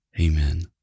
Amen